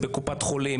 בין אם זה בקופת חולים,